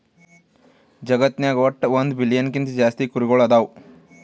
ಜಗತ್ನಾಗ್ ವಟ್ಟ್ ಒಂದ್ ಬಿಲಿಯನ್ ಗಿಂತಾ ಜಾಸ್ತಿ ಕುರಿಗೊಳ್ ಅದಾವ್